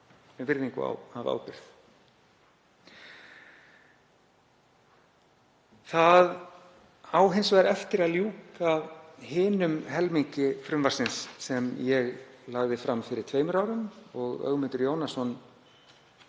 fé af virðingu og ábyrgð. Það á hins vegar eftir að ljúka hinum helmingi frumvarpsins sem ég lagði fram fyrir tveimur árum og Ögmundur Jónasson